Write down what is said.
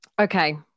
okay